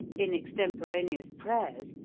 in extemporaneous prayers,